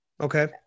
Okay